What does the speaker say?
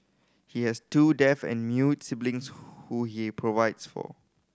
he has two deaf and mute siblings who he provides for